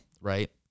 right